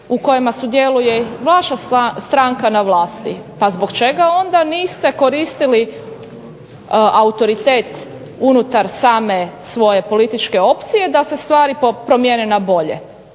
u kojima sudjeluje vaša stranka na vlasti. Pa zbog čega onda niste koristili autoritet unutar svoje same političke opcije da se stvari promijene na bolje,